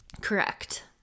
Correct